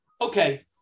Okay